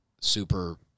super